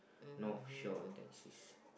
North Shore of taxi